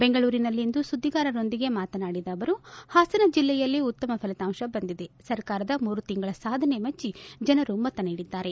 ಬೆಂಗಳೂರಿನಲ್ಲಿಂದು ಸುದ್ದಿಗಾರರೊಂದಿಗೆ ಮಾತನಾಡಿದ ಅವರು ಪಾಸನ ಜಿಲ್ಲೆಯಲ್ಲಿಯೂ ಉತ್ತಮ ಫಲಿತಾಂಶ ಬಂದಿದೆ ಸರ್ಕಾರದ ಮೂರು ತಿಂಗಳ ಸಾಧನೆ ಮೆಚ್ಚಿ ಜನರು ಮತ ನೀಡಿದ್ದಾರೆ